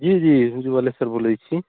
जी जी उज्ज्वले सर बोलैत छी